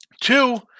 two